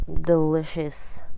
delicious